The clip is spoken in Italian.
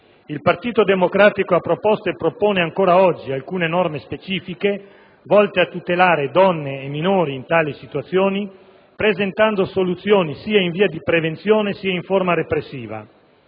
Il Partito Democratico ha proposto e propone ancora oggi alcune norme specifiche, volte a tutelare donne e minori in tali situazioni, presentando soluzioni sia in via di prevenzione sia in forma repressiva.